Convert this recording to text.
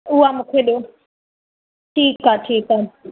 उहा मूंखे ॾियो ठीकु आहे ठीकु आहे